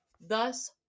Thus